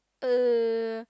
uh